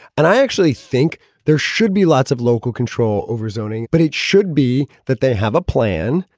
and i actually think there should be lots of local control over zoning, but it should be that they have a plan.